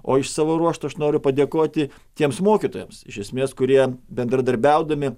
o iš savo ruožtu aš noriu padėkoti tiems mokytojams iš esmės kurie bendradarbiaudami